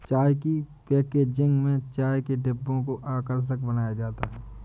चाय की पैकेजिंग में चाय के डिब्बों को आकर्षक बनाया जाता है